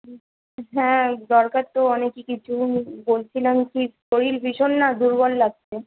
হ্যাঁ দরকার তো অনেকই কিছু বলছিলাম কি শরীর ভীষণ না দুর্বল লাগছে